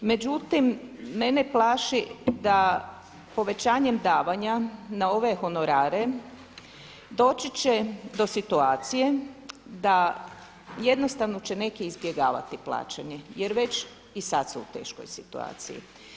Međutim, mene plaši da povećanjem davanja na ove honorare doći će do situacije da jednostavno će neki izbjegavati plaćanje jer već i sad su u teškoj situaciji.